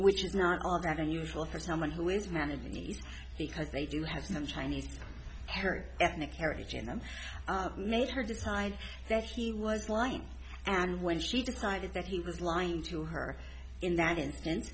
which is not all that unusual for someone who is managing because they do have some chinese her ethnic heritage in them made her decide that he was lying and when she decided that he was lying to her in that instance